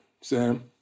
Sam